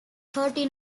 thirty